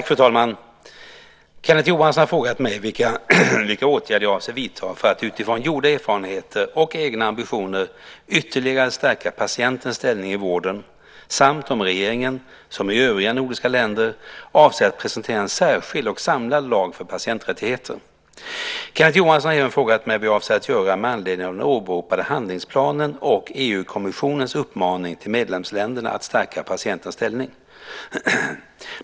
Fru talman! Kenneth Johansson har frågat mig vilka åtgärder jag avser att vidta för att utifrån gjorda erfarenheter och egna ambitioner ytterligare stärka patientens ställning i vården samt om regeringen, som i övriga nordiska länder, avser att presentera en särskild och samlad lag för patienträttigheter. Kenneth Johansson har även frågat mig vad jag avser att göra med anledning av den åberopade handlingsplanen och EU-kommissionens uppmaning till medlemsländerna att stärka patientens ställning.